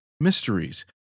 mysteries